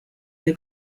der